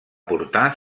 portar